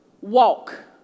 walk